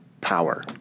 power